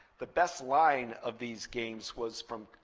the best line of these games was from